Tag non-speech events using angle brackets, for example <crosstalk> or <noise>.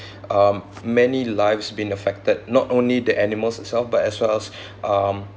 um many lives been affected not only the animals itself but as well as <breath> um